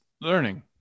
learning